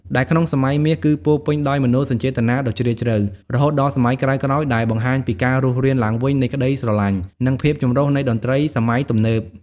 ដែលក្នុងសម័យមាសគឺពោរពេញដោយមនោសញ្ចេតនាដ៏ជ្រាលជ្រៅ រហូតដល់សម័យក្រោយៗដែលបង្ហាញពីការរស់រានឡើងវិញនៃក្តីស្រឡាញ់ និងភាពចម្រុះនៃតន្ត្រីសម័យទំនើប។